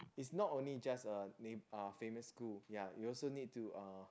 it's not only just a neigh~ uh famous school ya you also need to uh